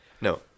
No